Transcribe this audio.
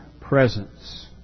presence